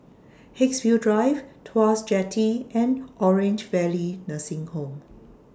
Haigsville Drive Tuas Jetty and Orange Valley Nursing Home